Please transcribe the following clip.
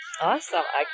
Awesome